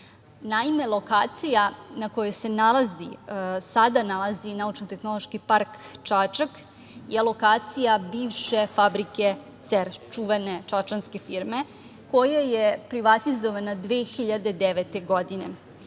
Naime, lokacija na kojoj se nalazi, sada nalazi Naučno tehnološki park Čačak je lokacije bivše fabrike "CER", čuvene čačanske firme koja je privatizovana 2009. godine.